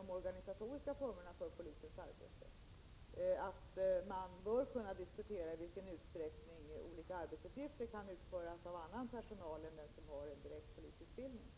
de organisatoriska formerna för polisens arbete behöver diskuteras. Man bör kunna diskutera i vilken utsträckning olika arbetsuppgifter kan utföras av annan personal än den som har en direkt polisutbildning.